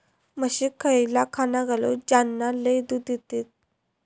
म्हशीक खयला खाणा घालू ज्याना लय दूध देतीत?